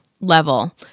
level